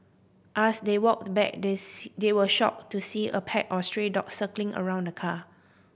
as they walked back they see they were shocked to see a pack of stray dogs circling around the car